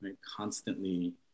constantly